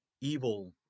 Evil